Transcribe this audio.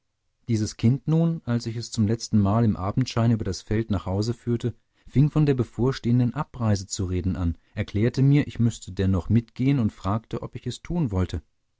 dieses kind nun als ich es zum letztenmal im abendschein über das feld nach hause führte fing von der bevorstehenden abreise zu reden an erklärte mir ich müßte dennoch mitgehen und fragte ob ich es tun wolle